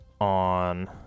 on